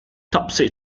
topsy